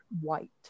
white